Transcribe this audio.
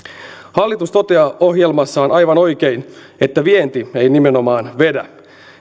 hallitus toteaa ohjelmassaan aivan oikein että vienti ei nimenomaan vedä